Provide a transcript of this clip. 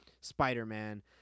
Spider-Man